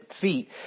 feet